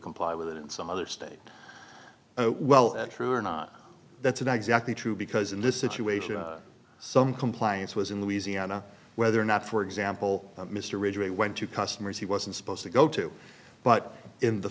comply with it in some other state well true or not that's not exactly true because in this situation some compliance was in the easy ana whether or not for example mr ridgeway went to customers he wasn't supposed to go to but in the